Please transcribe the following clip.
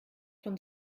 von